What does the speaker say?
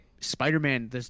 Spider-Man